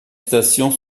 stations